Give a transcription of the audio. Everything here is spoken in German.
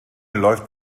läuft